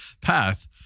path